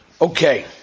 Okay